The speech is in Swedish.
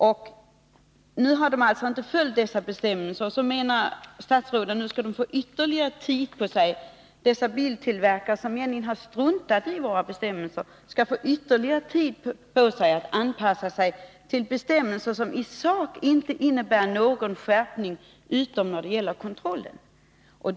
Trots att bilindustrin egentligen har struntat i våra bestämmelser, menar statsrådet att biltillverkarna skall få ytterligare tid på sig att anpassa sig till bestämmelser som i sak inte innebär någon skärpning, utom när det gäller kontrollen.